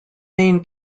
main